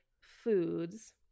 foods